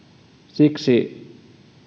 siksi